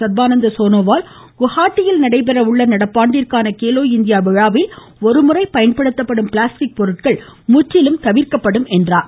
சர்பானந்த சோனோவால் குவஹாட்டியில் நடைபெற உள்ள நடப்பாண்டிற்கான கேலோ இந்தியா விழாவில் ஒருமுறை பயன்படுத்தப்படும் பிளாஸ்டிக் பொருட்கள் முற்றிலும் தவிர்க்கப்படும் என்றார்